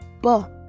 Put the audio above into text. book